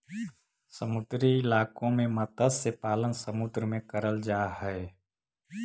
समुद्री इलाकों में मत्स्य पालन समुद्र में करल जा हई